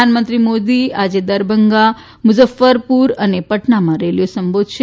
પ્રધાનમંત્રી મોદી આજે દરભંગા મુઝફ્ફરપુર અને પટનામાં રેલીઓ સંબોધશે